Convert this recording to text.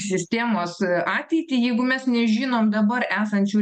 sistemos ateitį jeigu mes nežinom dabar esančių